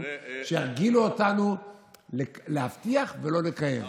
שירגילו אותנו להבטיח ולא לקיים?